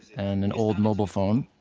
and an old mobile phone.